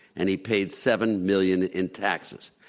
and he paid seven million in taxes.